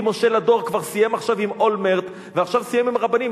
אם משה לדור כבר סיים עכשיו עם אולמרט ועכשיו סיים עם הרבנים,